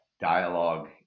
dialogue